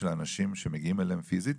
של האנשים שמגיעים אליהם פיזית,